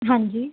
ਹਾਂਜੀ